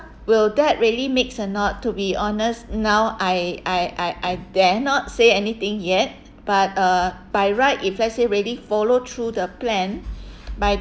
will that really mix or not to be honest now I I I I dare not say anything yet but uh by right if let's say really follow through the plan by